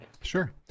Sure